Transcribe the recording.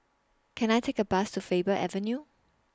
Can I Take A Bus to Faber Avenue